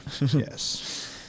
yes